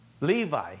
Levi